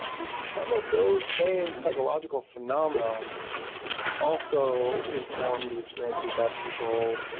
think some of those same psychological phenomenon also inform the experiences that people